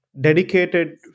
dedicated